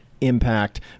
impact